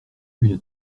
une